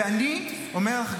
ואני אומר לך,